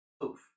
poof